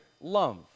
love